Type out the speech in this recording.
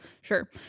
Sure